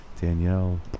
Danielle